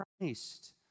Christ